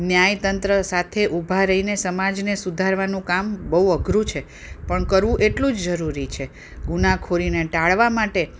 ન્યાયતંત્ર સાથે ઊભા રહીને સમાજને સુધારવાનું કામ બહુ અઘરું છે પણ કરવું એટલું જ જરૂરી છે ગુનાખોરીને ટાળવા માટે